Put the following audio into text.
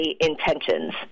intentions